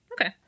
Okay